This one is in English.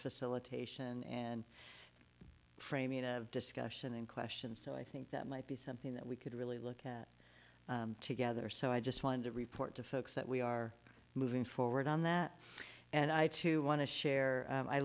facilitation and framing discussion in question so i think that might be something that we could really look at together so i just wanted to report to folks that we are moving forward on that and i too want to share